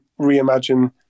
reimagine